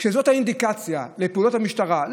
כשזאת האינדיקציה לפעולות המשטרה,